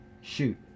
Shoot